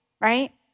right